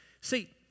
See